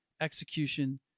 execution